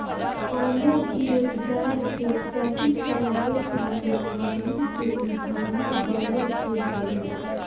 कवनो भी रोजगार के सही चलावे खातिर आदमी के उद्यमी बने के पड़ी